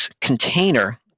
container